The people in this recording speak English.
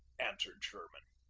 answered sherman.